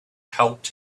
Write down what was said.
helped